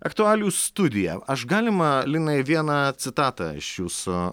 aktualijų studija aš galima linai vieną citatą iš jūsų